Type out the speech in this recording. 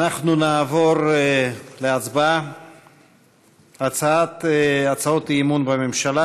אנחנו נעבור להצבעה על הצעות האי-אמון בממשלה.